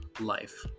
life